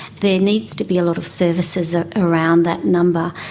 there needs to be a lot of services ah around that number,